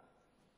הזאת?